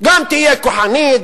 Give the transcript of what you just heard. גם תהיה כוחנית,